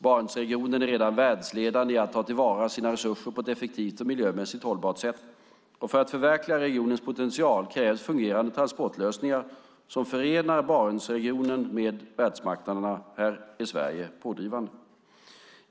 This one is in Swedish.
Barentsregionen är redan världsledande i att ta till vara sina resurser på ett effektivt och miljömässigt hållbart sätt. För att förverkliga regionens potential krävs fungerande transportlösningar som förenar Barentsregionen med världsmarknaderna. Här är Sverige pådrivande.